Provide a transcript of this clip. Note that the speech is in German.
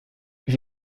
wie